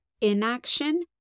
inaction